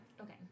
Okay